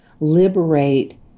Liberate